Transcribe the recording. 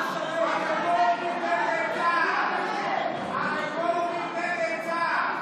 בושה וחרפה, הרפורמים נגד צה"ל.